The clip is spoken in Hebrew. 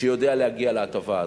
שיודע להגיע להטבה הזאת.